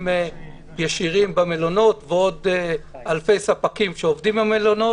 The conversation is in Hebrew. ישירים במלונות ועוד אלפי ספקים שעובדים במלונות.